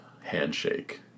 handshake